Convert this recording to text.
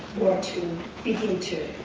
to begin to